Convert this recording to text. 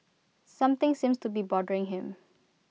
something seems to be bothering him